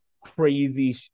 crazy